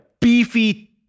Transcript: beefy